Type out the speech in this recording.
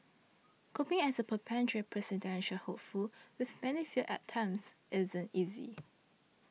coping as a perpetual presidential hopeful with many failed attempts isn't easy